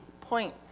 point